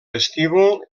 vestíbul